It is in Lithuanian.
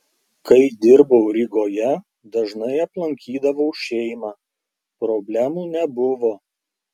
kai dirbau rygoje dažnai aplankydavau šeimą problemų nebuvo